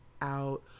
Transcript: out